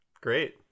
Great